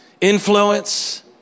Influence